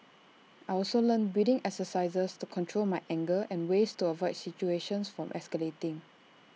I also learnt breathing exercises to control my anger and ways to avoid situations from escalating